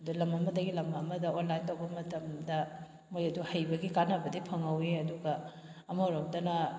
ꯑꯗꯨ ꯂꯝ ꯑꯃꯗꯒꯤ ꯂꯝ ꯑꯃꯗ ꯑꯣꯟꯂꯥꯏꯟ ꯇꯧꯕ ꯃꯇꯝꯗ ꯃꯣꯏ ꯑꯗꯨ ꯍꯩꯕꯒꯤ ꯀꯥꯟꯅꯕꯗꯤ ꯐꯪꯍꯧꯏ ꯑꯗꯨꯒ ꯑꯃꯔꯣꯝꯗꯅ